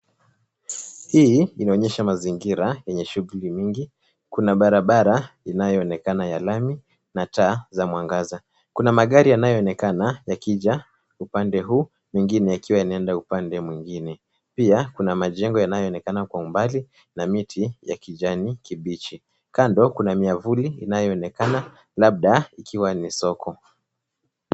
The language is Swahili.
Hii inaonyesha mazingira yenye shughuli nyingi. Kuna barabara inayoonekana ya lami na taa za mwangaza. Kuna magari yanayooekana yakija upande huu mengine yakiwa yanaenda upande mwingine. Pia, kuna majengo yanayoonekana kwa umbali na miti ya kijani kibichi. Kando kuna miavuli inayoonekana, labda ikiwa ni soko.